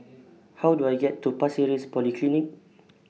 How Do I get to Pasir Ris Polyclinic